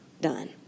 done